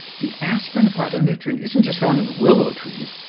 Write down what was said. the aspirin phytonutrient isn't just found in willow trees,